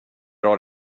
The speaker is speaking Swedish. bra